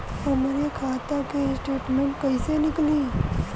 हमरे खाता के स्टेटमेंट कइसे निकली?